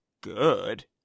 good